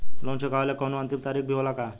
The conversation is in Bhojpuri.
लोन चुकवले के कौनो अंतिम तारीख भी होला का?